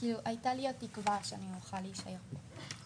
והייתה לי התקווה שאני אוכל להישאר פה.